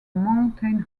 mountain